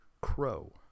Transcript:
crow